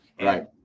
Right